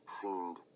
seemed